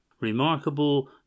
remarkable